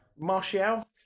Martial